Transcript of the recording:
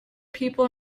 people